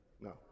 No